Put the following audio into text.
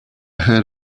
heard